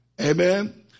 amen